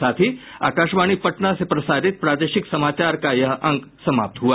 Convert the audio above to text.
इसके साथ ही आकाशवाणी पटना से प्रसारित प्रादेशिक समाचार का ये अंक समाप्त हुआ